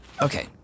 Okay